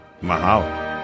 Mahalo